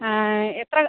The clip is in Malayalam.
ആ എത്ര